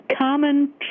common